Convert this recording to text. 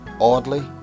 oddly